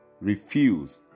refuse